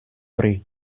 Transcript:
pré